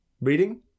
Reading